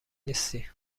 نیستی